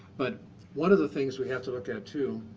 but one of the things we have to look at, too,